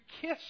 kiss